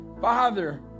Father